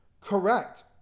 correct